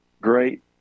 great